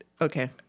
okay